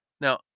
Now